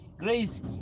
grace